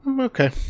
Okay